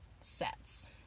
sets